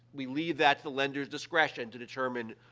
we leave that to lenders' discretion to determine,